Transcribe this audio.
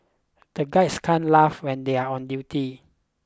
the guys can't laugh when they are on duty